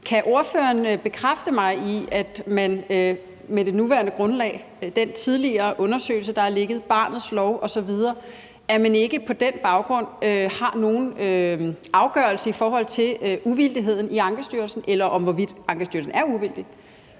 Kan ordføreren bekræfte mig i, at man med det nuværende grundlag – den tidligere undersøgelse, der har ligget, barnets lov osv. – ikke på den baggrund har nogen afgørelse i forhold til uvildigheden i Ankestyrelsen, eller i forhold til hvorvidt Ankestyrelsen er uvildig,